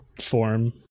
form